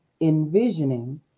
envisioning